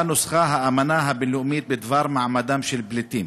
שבה נוסחה האמנה הבין-לאומית בדבר מעמדם של פליטים.